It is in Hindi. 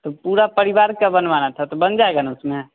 तो पूरा परिवार का बनवाना था तो बन जाएगा न उसमें